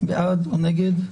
בעד או נגד?